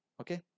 Okay